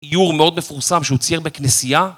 איור מאוד מפורסם שהוא צייר בכנסייה.